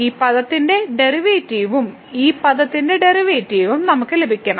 ഈ പദത്തിന്റെ ഡെറിവേറ്റീവും ഈ പദത്തിന്റെ ഡെറിവേറ്റീവും നമുക്ക് ലഭിക്കണം